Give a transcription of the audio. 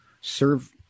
serve